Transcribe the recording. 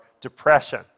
depression